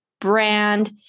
brand